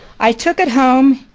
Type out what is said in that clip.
i took it home,